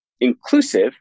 inclusive